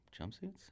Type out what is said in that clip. jumpsuits